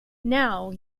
now